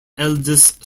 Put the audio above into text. eldest